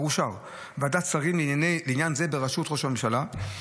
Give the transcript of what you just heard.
ועדת שרים לעניין זה בראשות ראש הממשלה,